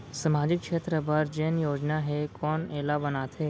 सामाजिक क्षेत्र बर जेन योजना हे कोन एला बनाथे?